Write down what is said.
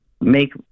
make